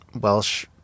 Welsh